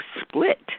split